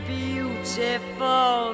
beautiful